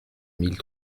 mille